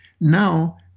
now